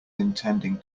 intending